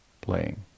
playing